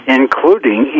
including